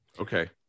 Okay